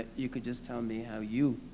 you could just tell me how you